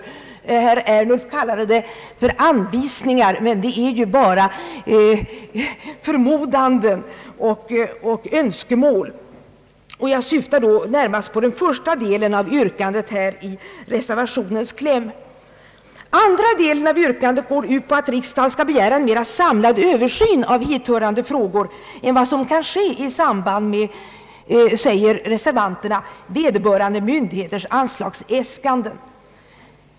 Herr Ernulf kallade dem för anvisningar, men de är ju bara förmodanden och önskemål. Jag syftar då närmast på den första delen av yrkandet i reservationen. Den andra delen av yrkandet går ut på att riksdagen skall begära en mer samlad översyn av hithörande frågor än vad som kan ske i samband med, säger = reservanterna, vederbörande myndigheters anslagsäskanden.